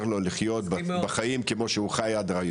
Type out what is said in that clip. לו לחיות בחיים כמו שהוא חי עד היום.